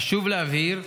חשוב להבהיר: